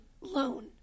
loan